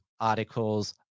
articles